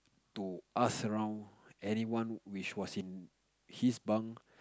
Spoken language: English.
to ask around anyone which was in his bunk